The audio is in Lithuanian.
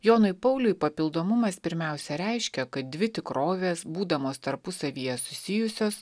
jonui pauliui papildomumas pirmiausia reiškia kad dvi tikrovės būdamos tarpusavyje susijusios